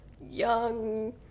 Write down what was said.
young